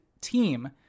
team